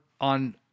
on